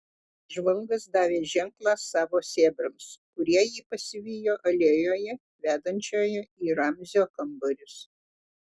žvalgas davė ženklą savo sėbrams kurie jį pasivijo alėjoje vedančioje į ramzio kambarius